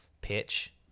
pitch